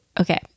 Okay